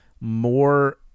more